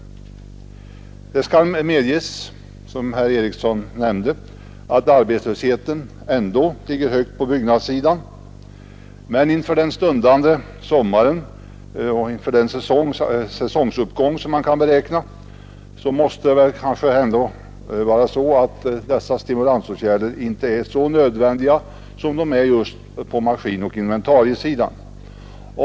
Det skall medges att, som herr Eriksson nämnde, arbetslösheten ändå är hög på byggnadssidan, men inför den stundande sommaren och inför den säsonguppgång som kan väntas är dessa stimulansåtgärder kanske ändå inte så nödvändiga här som på just maskinoch inventariesidan.